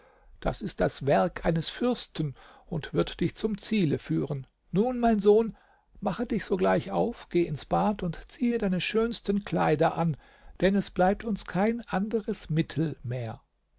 das ist das werk eines fürsten und wird dich zum ziele führen nun mein sohn mache dich sogleich auf geh ins bad und ziehe deine schönsten kleider an denn es bleibt uns kein anderes mittel mehr